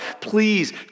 please